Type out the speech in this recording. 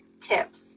tips